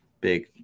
big